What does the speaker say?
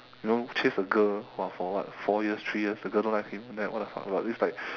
you know chase a girl !wah! for what four years three years the girl don't like him and then what the fuck but this is like